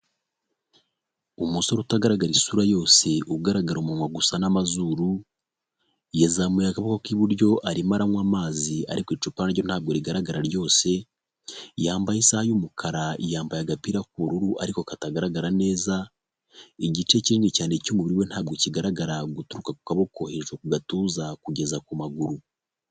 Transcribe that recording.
Umusore utagaragara isura yose ugaragara umunwa gusa n'amazuru, yazamuye agako k'iburyo arimara aranywa amazi ariko icupa naryo ntabwo rigaragara ryose,, yambaye isaha y'umukara yambaye agapira k'ubururu ariko katagaragara neza, igice kinini cyane cy'umururu ntabwo kigaragara guturuka ku kaboko hejuru ku gatuza kugeza ku maguru.